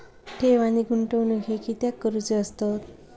ठेव आणि गुंतवणूक हे कित्याक करुचे असतत?